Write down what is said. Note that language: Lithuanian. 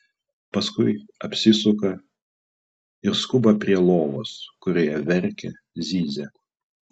paskui apsisuka ir skuba prie lovos kurioje verkia zyzia